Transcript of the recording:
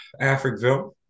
africville